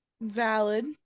Valid